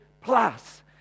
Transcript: plus